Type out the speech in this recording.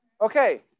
Okay